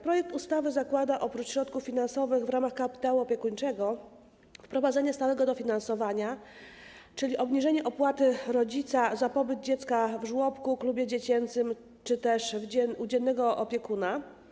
Projekt ustawy zakłada oprócz środków finansowych w ramach kapitału opiekuńczego wprowadzenie stałego dofinansowania, czyli obniżenie opłaty rodzica za pobyt dziecka w żłobku, klubie dziecięcym czy też u dziennego opiekuna.